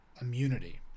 immunity